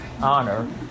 honor